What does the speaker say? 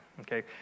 okay